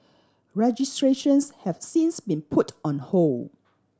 registrations have since been put on hold